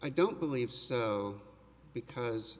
i don't believe so because